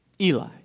Eli